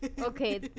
Okay